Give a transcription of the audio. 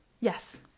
Yes